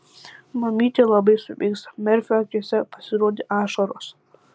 mamytė labai supyks merfio akyse pasirodė ašaros